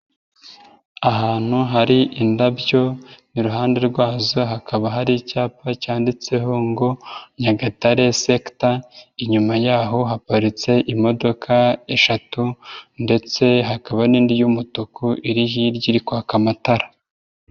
Ahantu hari indabyo iruhande rwazo hakaba hari icyapa cyanditseho ngo Nyagatare Sector, inyuma yaho haparitse imodoka eshatu ndetse hakaba n'indi y'umutuku iri hirya iri kwaka amatara.